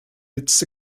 its